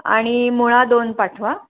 आणि मुळा दोन पाठवा